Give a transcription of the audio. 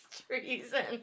treason